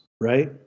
right